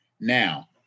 now